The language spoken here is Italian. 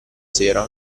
sera